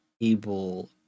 able